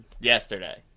yesterday